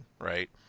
right